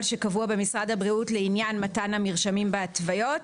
שקבוע במשרד הבריאות לעניין מתן המרשמים בהתוויות.